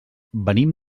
venim